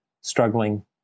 struggling